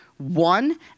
One